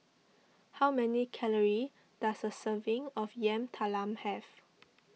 how many calories does a serving of Yam Talam have